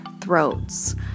throats